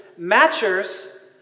Matchers